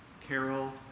Carol